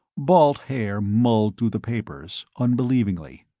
balt haer mulled through the papers, unbelievingly.